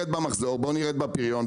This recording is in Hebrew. נרד בפריון,